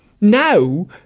now